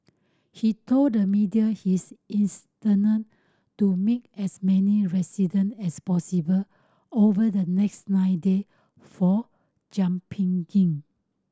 he told the media his to meet as many resident as possible over the next nine day for jumping in